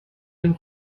den